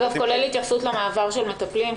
כולל התייחסות למעבר של מטפלים,